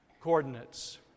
coordinates